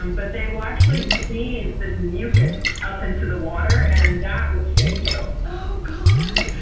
and but they will actually sneeze this mucus up into the water and that will sting you. oh god!